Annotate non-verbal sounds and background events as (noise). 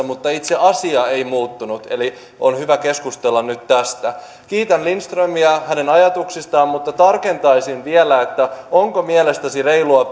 (unintelligible) mutta itse asia ei muuttunut eli on hyvä keskustella nyt tästä kiitän lindströmiä hänen ajatuksistaan mutta tarkentaisin vielä onko mielestäsi reilua (unintelligible)